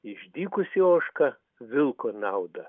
išdykusi ožka vilko naudą